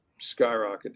skyrocketed